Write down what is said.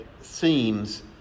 seems